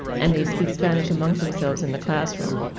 and they speak spanish amongst themselves in the classroom.